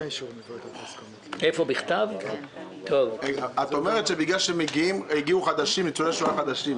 את אומרת שבגלל שהגיעו ניצולי שואה חדשים,